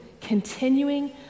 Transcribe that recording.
continuing